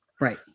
Right